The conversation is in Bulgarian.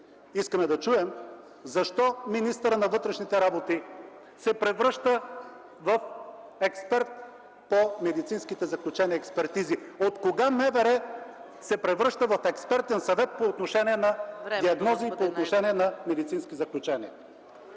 Искаме да чуем защо министърът на вътрешните работи се превръща в експерт по медицинските заключения и експертизи! Откога МВР се превръща в експертен съвет по отношение на диагнози и медицински заключения?!